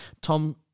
Tom